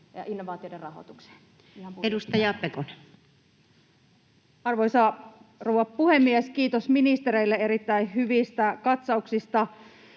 ja innovaatioiden rahoitukseen. Edustaja Pekonen. Arvoisa rouva puhemies! Kiitos ministereille erittäin hyvistä katsauksista.